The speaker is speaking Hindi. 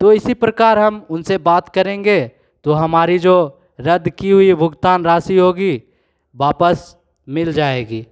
तो इसी प्रकार हम उनसे बात करेंगें तो हमारी जो रद्द की हुई भुगतान राशि होगी वापस मिल जाएगी